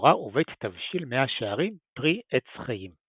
תורה ובית תבשיל מאה שערים פרי עץ חיים.